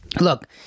look